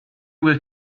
will